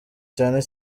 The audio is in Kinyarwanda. cyane